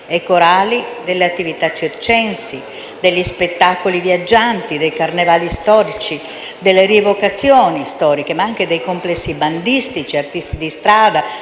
e corali, delle attività circensi, degli spettacoli viaggianti, dei carnevali storici, delle rievocazioni storiche, ma anche dei complessi bandistici, degli artisti di strada,